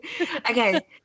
Okay